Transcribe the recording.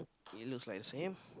it looks like the same